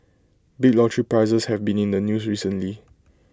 big lottery prizes have been in the news recently